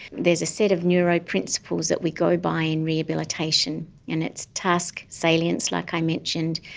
there is a set of neuro principles that we go by in rehabilitation and it's task salience, like i mentioned,